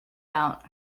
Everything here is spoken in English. out